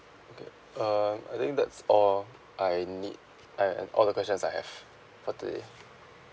okay uh I think that's all I need and and all the questions I have for today